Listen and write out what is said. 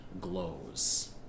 glows